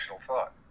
thought